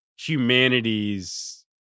humanity's